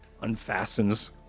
unfastens